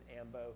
ambo